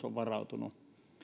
on varautunut